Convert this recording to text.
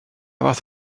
fath